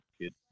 kid